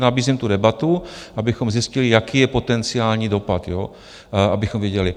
Nabízím tu debatu, abychom zjistili, jaký je potenciální dopad, abychom věděli.